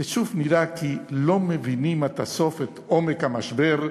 ושוב נראה כי לא מבינים עד הסוף את עומק המשבר,